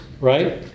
right